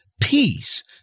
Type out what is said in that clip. peace